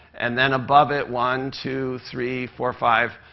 and then above it one, two, three, four, five